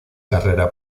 carrera